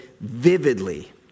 vividly